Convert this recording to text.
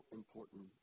important